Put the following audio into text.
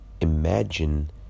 imagine